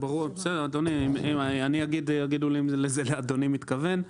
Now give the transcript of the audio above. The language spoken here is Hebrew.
אני אגיד, ותגיד לי אם לזה אדוני מתכוון: